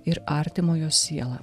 ir artimojo sielą